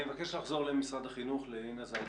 אני מבקש לחזור למשרד החינוך, לאינה זלצמן.